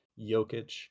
Jokic